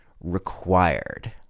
required